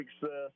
success